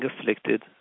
afflicted